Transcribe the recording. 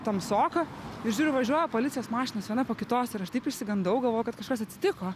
tamsoka ir žiūriu važiuoja policijos mašinos viena po kitos ir aš taip išsigandau galvojau kad kažkas atsitiko